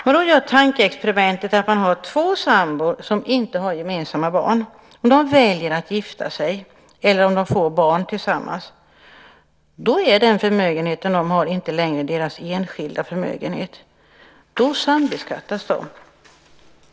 Om man gör tankeexperimentet att två sambor som inte har gemensamma barn väljer att gifta sig eller får barn tillsammans är den förmögenhet som de har inte längre deras enskilda förmögenhet. Då sambeskattas de.